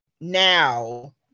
now